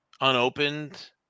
unopened